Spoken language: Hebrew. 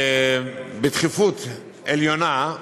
בדחיפות עליונה,